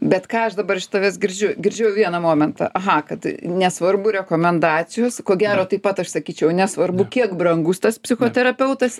bet ką aš dabar iš tavęs girdžiu girdžiu vieną momentą aha kad nesvarbu rekomendacijos ko gero taip pat aš sakyčiau nesvarbu kiek brangus tas psichoterapeutas